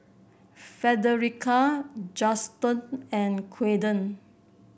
Frederica Juston and Kaeden